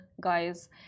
guys